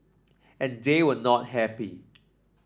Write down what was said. and they were not happy